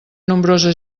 nombrosa